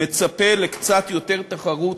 מצפה לקצת יותר תחרות